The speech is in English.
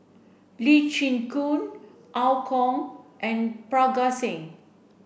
Lee Chin Koon Kong and Parga Singh